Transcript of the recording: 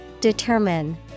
Determine